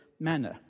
manner